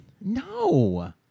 No